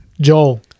Joel